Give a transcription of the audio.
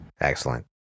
Excellent